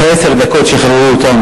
אבל אחרי עשר דקות שחררו אותם.